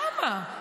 למה?